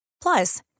Plus